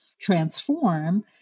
transform